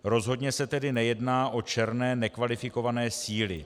Rozhodně se tedy nejedná o černé nekvalifikované síly.